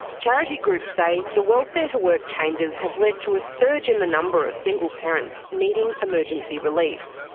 charity groups say the welfare-to-work changes have led to a surge in the number of single parents needing emergency relief.